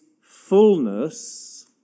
fullness